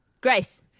Grace